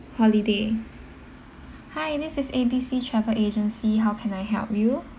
holiday hi this is A B C travel agency how can I help you